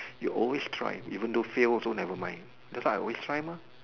you always try even though fail also never mind that's why I always try mah